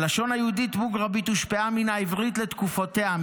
הלשון היהודית-מוגרבית הושפעה מן העברית לתקופותיה,